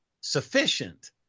sufficient